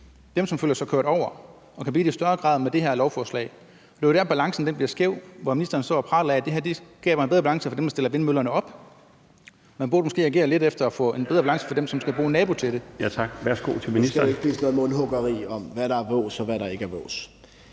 dem, som føler sig kørt over og kan blive det i højere grad med det her lovforslag. Det er jo der, balancen bliver skæv, hvor ministeren står og praler af, at det her skaber en bedre balance for dem, der stiller vindmøllerne op. Man burde måske agere lidt efter at få en bedre balance for dem, som skal bo som nabo til det. Kl. 20:29 Den fg. formand (Bjarne Laustsen): Tak. Værsgo til ministeren.